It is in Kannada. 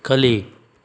ಕಲಿ